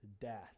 death